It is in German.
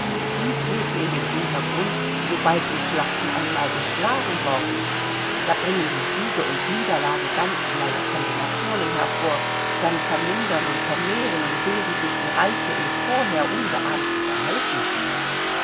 die treten in den hintergrund sobald die schlachten einmal geschlagen worden da bringen die siege und niederlagen ganz neue kombinationen hervor dann vermindern und vermehren und bilden sich die reiche in vorher ungeahnten verhältnissen